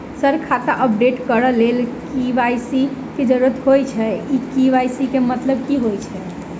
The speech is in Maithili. सर खाता अपडेट करऽ लेल के.वाई.सी की जरुरत होइ छैय इ के.वाई.सी केँ मतलब की होइ छैय?